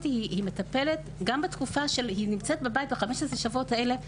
היא נמצאת בבית ב-15 השבועות האלה,